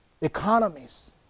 economies